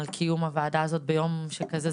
על קיום הוועדה הזאת ביום שכזה,